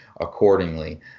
accordingly